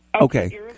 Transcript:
Okay